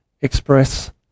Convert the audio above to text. express